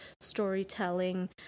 storytelling